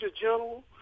general